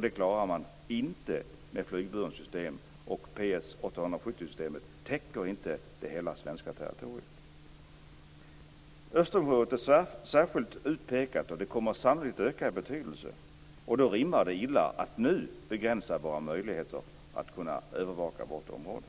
Det klarar man inte med flygburet system, och PS 870-systemet täcker inte hela det svenska territoriet. Österjöområdet är särskilt utpekat, och det kommer sannolikt att öka i betydelse. Då rimmar det illa att nu begränsa våra möjligheter att övervaka vårt område.